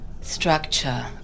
structure